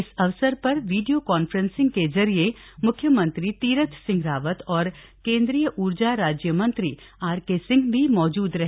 इस अवसर पर वीडियो कॉन्फ्रेंसिंग के जरिये म्ख्यमंत्री तीरथ सिंह रावत और केंद्रीय ऊर्जा राज्य मंत्री आरके सिंह भी मौजूद रहे